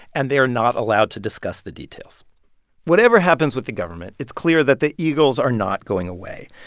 and they are not allowed to discuss the details whatever happens with the government, it's clear that the eagles are not going away.